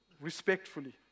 respectfully